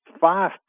Five